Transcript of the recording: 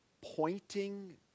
pointing